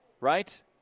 right